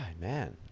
man